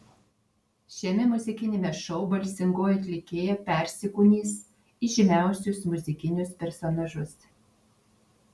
šiame muzikiniame šou balsingoji atlikėja persikūnys į žymiausius muzikinius personažus